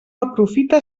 aprofita